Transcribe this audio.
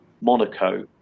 Monaco